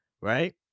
right